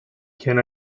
can